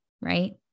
right